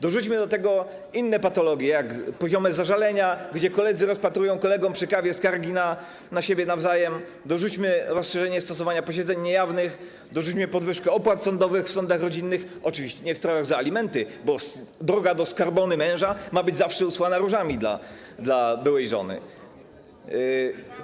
Dorzućmy do tego inne patologie jak poziome zażalenia, gdzie koledzy rozpatrują kolegom przy kawie skargi na siebie nawzajem, dorzućmy rozszerzenie stosowania posiedzeń niejawnych, dorzućmy podwyżkę opłat sądowych w sądach rodzinnych - oczywiście nie w sprawach za alimenty, bo droga do skarbony męża ma być zawsze usłana różami dla byłej żony.